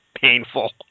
painful